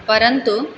परन्तु